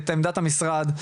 את עמדת המשרד.